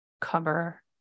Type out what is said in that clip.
cover